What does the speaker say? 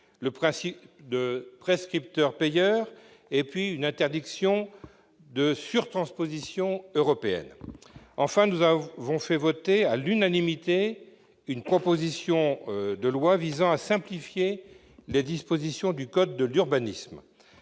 le principe de prescripteur-payeur ; une interdiction de sur-transposition européenne. Et nous avons fait voter, à l'unanimité, une proposition de loi visant à simplifier les dispositions du code de l'urbanisme.